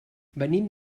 venim